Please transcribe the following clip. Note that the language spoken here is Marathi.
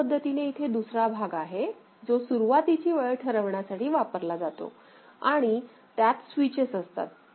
याच पद्धतीने इथे दुसरा भाग आहे जो सुरुवातीची वेळ ठरविण्यासाठी वापरला जातो आणि त्यात स्विचेस असतात